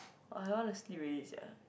I want to sleep already sia